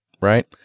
right